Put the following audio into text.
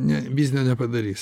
ne biznio nepadarys